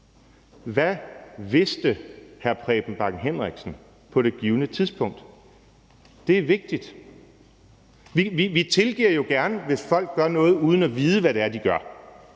Hvad vidste hr. Preben Bang Henriksen på det givne tidspunkt? Det er vigtigt. Vi tilgiver det jo gerne, hvis folk gør noget uden at vide, hvad det er, de gør.